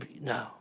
No